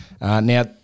Now